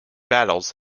battles